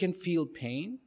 can feel pain